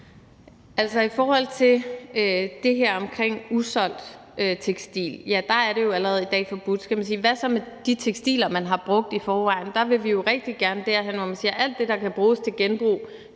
Wermelin): Når det gælder usolgt tekstil, er det jo allerede i dag forbudt. Så kan man spørge, hvad der så skal ske med de tekstiler, man har brugt i forvejen. Der vil vi jo rigtig gerne derhen, hvor alt, der kan bruges til genbrug,